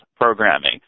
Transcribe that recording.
programming